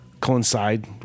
coincide